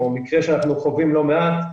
מקרה שאנחנו חווים לא מעט,